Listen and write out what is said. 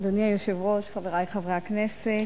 אדוני היושב-ראש, חברי חברי הכנסת,